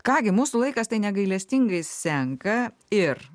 ką gi mūsų laikas tai negailestingai senka ir